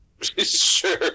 sure